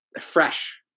Fresh